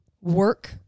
work